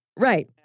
Right